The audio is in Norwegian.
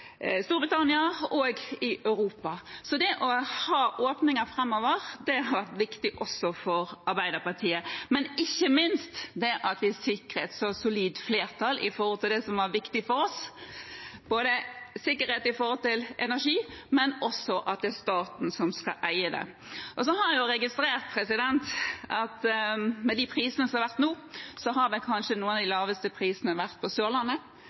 Storbritannia og i Europa. Det å ha åpninger framover har vært viktig også for Arbeiderpartiet, men ikke minst det at vi sikret et så solid flertall for det som var viktig for oss, både sikkerhet for energi og også at det er staten som skal eie det. Når det gjelder de prisene som har vært nå, har jeg jo registrert at noen av de laveste prisene har vært på Sørlandet, kanskje fordi de har kabel og energi derfra, når det har vært